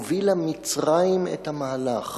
הובילה מצרים את המהלך